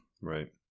Right